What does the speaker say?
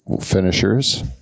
finishers